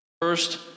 first